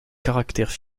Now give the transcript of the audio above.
caractères